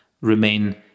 remain